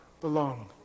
belong